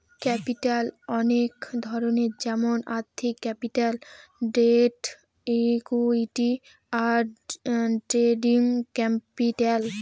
capital অনেক ধরনের যেমন আর্থিক ক্যাপিটাল, ডেট, ইকুইটি, আর ট্রেডিং ক্যাপিটাল